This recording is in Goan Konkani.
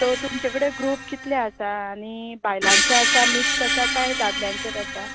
सो तुमचे कडेन ग्रुप कितले आसात आनी बायलांचे आसात कांय मिक्स आसात कांय दादल्यांचेच आसात